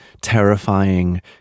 terrifying